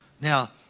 Now